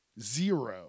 Zero